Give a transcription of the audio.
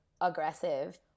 aggressive